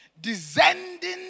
descending